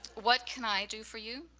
what can i do for you?